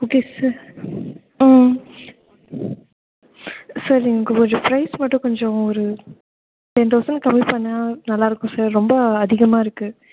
okay sir ம் sir உங்களோடய price மட்டும் கொஞ்சம் ஒரு டென் தௌசண்ட் கம்மிப்பண்ணால் நல்லாயிருக்கும் சார் ரொம்ப அதிகமாக இருக்குது